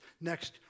next